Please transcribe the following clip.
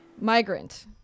Migrant